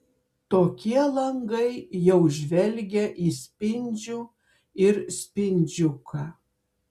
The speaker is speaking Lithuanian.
tokie langai jau žvelgia į spindžių ir spindžiuką